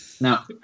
Now